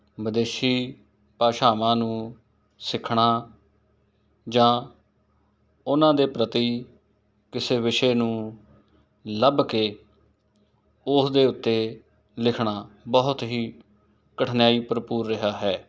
ਵਿਦੇਸ਼ੀ ਭਾਸ਼ਾਵਾਂ ਨੂੰ ਸਿੱਖਣਾ ਜਾਂ ਉਹਨਾਂ ਦੇ ਪ੍ਰਤੀ ਕਿਸੇ ਵਿਸ਼ੇ ਨੂੰ ਲੱਭ ਕੇ ਉਸਦੇ ਉੱਤੇ ਲਿਖਣਾ ਬਹੁਤ ਹੀ ਕਠਿਨਾਈ ਭਰਪੂਰ ਰਿਹਾ ਹੈ